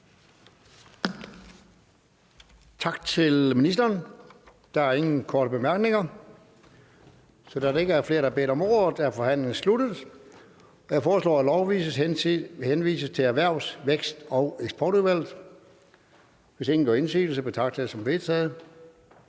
Tak til ministeren. Der er ingen korte bemærkninger. Da der ikke er flere, der har bedt om ordet, er forhandlingen sluttet. Jeg foreslår, at lovforslaget henvises til Erhvervs-, Vækst- og Eksportudvalget. Hvis ingen gør indsigelse, betragter jeg det som vedtaget.